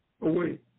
away